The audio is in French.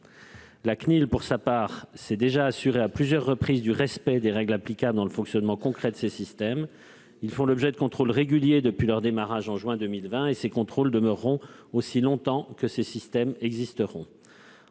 La CNIL, pour sa part, s'est déjà assurée à plusieurs reprises du respect des règles applicables dans le fonctionnement concret de ces systèmes. Ils font l'objet de contrôles réguliers depuis leur démarrage en juin 2020, contrôles qui demeureront aussi longtemps que ces systèmes existeront.